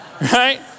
right